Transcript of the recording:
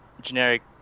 generic